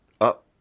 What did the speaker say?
up